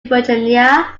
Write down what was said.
virginia